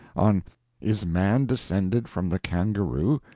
on is man descended from the kangaroo?